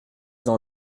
dans